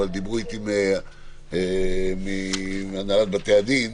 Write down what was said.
אבל דיברו איתי מהנהלת בתי הדין,